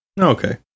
Okay